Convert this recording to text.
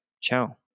Ciao